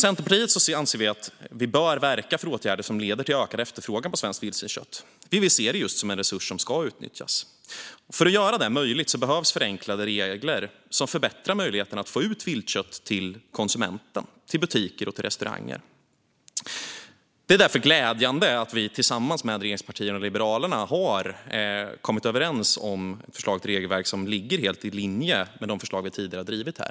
Centerpartiet anser att vi bör verka för åtgärder som leder till ökad efterfrågan på svenskt vildsvinskött. Vi vill se det just som en resurs som ska utnyttjas. För att göra detta möjligt behövs förenklade regler som förbättrar möjligheten att få ut viltkött till konsumenten, butiker och restauranger. Det är därför glädjande att vi tillsammans med regeringspartierna och Liberalerna har kommit överens om ett förslag till regelverk som ligger helt i linje med de förslag som vi tidigare har drivit här.